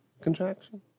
contraction